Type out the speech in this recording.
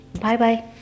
Bye-bye